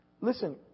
Listen